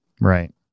Right